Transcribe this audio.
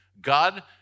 God